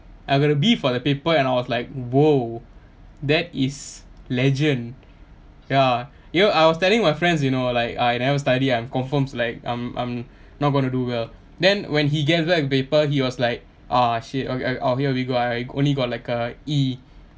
I got a B for the paper and I was like !whoa! that is legend ya you know I was telling my friends you know like I never study I'm confirms like I'm I'm not gonna do well then when he get back the paper he was like ah shit okay okay ah here we go I only got like a E